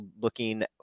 looking